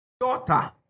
daughter